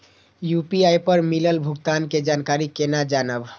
UPI पर मिलल भुगतान के जानकारी केना जानब?